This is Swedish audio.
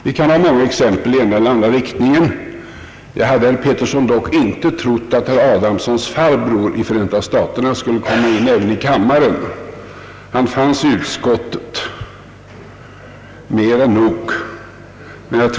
Vi kan ha många exempel i ena eller andra riktningen. Jag hade, herr Pettersson, dock inte trott att herr Adamssons farbror i Förenta staterna skulle komma in även i kammaren; han fanns i utskottet — mer än nog.